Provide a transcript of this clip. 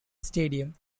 stadium